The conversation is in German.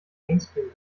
mainstream